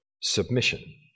submission